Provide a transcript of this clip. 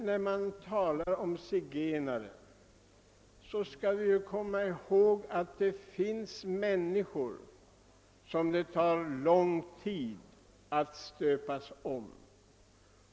När vi talar om zigenare skall vi emellertid komma ihåg att det finns människor som det tar lång tid att stöpa om.